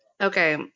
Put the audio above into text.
Okay